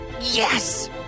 Yes